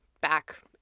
back